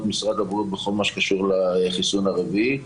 משרד הבריאות בכל מה שקשור לחיסון הרביעי.